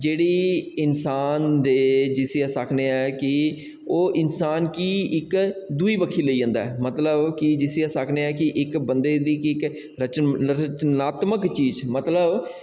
जेह्ड़ी इन्सान दे जिसी अस आखने आं कि ओह् इन्सान गी इक दुई बक्खी लेई जंदा ऐ मतलब कि जिसी अस आखने आं कि बंदे दी इक रच रचनात्मक चीज मतलब